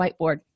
whiteboard